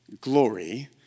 glory